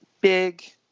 big